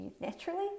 naturally